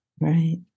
Right